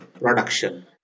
production